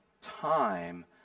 time